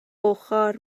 ochr